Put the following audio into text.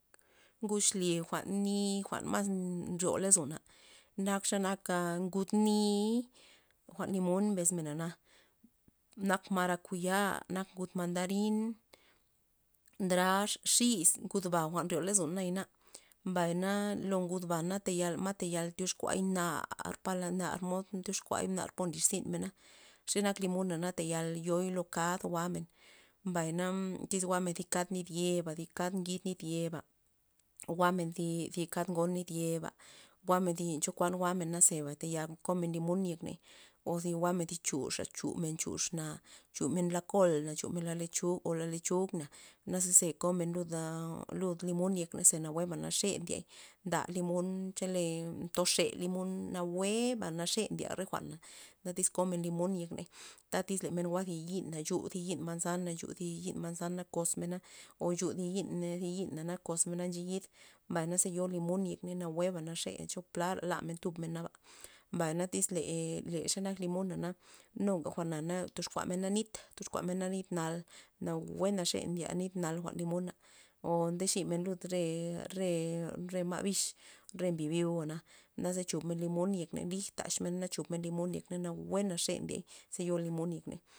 Ngud xlye jwa'n ni jwa'n mas nryo lozona nak xa nak ngud nii'y jwa'n limun mbes mena na, nak marakuya, nak ngud mandarin, ndrax, xi's ngud ba jwa'n nryo lozon naya na, mbay na lo ngud ba yatal ma tayal tyoxkua nar palad nar mod ndyoxkuay nar mod ndyoxkuay po nlirzyn mena xe nak limona tayal yoi lo kad jwa'men, mbay na tyz jwa'men thi kad nit yeba thi kad ngid nit yeba jwa'men thi kad ngon nit yeba jwa'men len chokuan jwa'men za tayal komen limon yekney o jwa'men thi chuxa tu men chux na chumen la kol na chumen la lechug la lechug naze komen lud a limon yek ney ze nawueba xa naxe ndiey nda limon chole ntoxe limon nawueba naxe ndye jwa'na na tyz komen limon yek ney na tyz men jwa' thi yi'na chu thi yi'n manzan chu thi yi'n manzan kosmena o chuzi yi'n yi'na na kosmena nchedyid naze yo limun yekney nawueba naxe cho plara lamen tub men naba, mbay na tyz le xe nak limona nuga jwa'na tyoxkua mena nit toxkumena nit nal nawue naxe ndye nit nal jwa'n limona o ndexumen lud re- re- re ma' bix re mbi byou'a naze chub limon yek ney na lij taxmena limon yekney nawue naxe ndiey ze yo limun yekney.